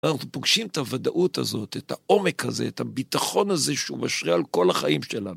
אנחנו פוגשים את הוודאות הזאת, את העומק הזה, את הביטחון הזה שהוא משרה על כל החיים שלנו.